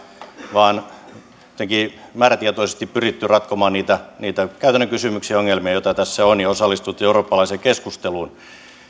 vaan määrätietoisesti on pyritty ratkomaan niitä niitä käytännön kysymyksiä ja ongelmia joita tässä on ja osallistuttu eurooppalaiseen keskusteluun